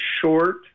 short